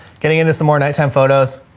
getting into some more nighttime photos,